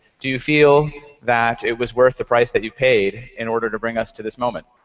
do you feel that it was worth the price that you paid in order to bring us to this moment?